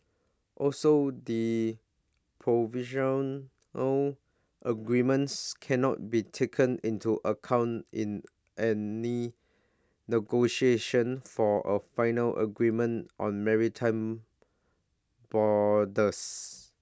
also the provisional agreements cannot be taken into account in any negotiations for A final agreement on maritime